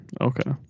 okay